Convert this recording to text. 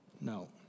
No